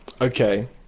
Okay